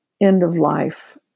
end-of-life